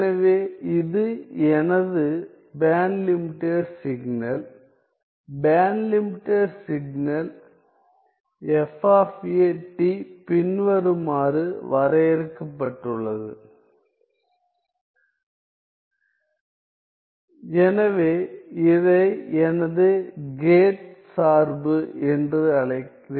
எனவே இது எனது band limited signal band limited signal பின்வருமாறு வரையறுக்கப்பட்டுள்ளது இங்கு எனவே இதை எனது கேட் சார்பு என்று அழைக்கிறேன்